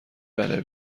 بله